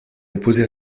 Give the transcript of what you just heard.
opposé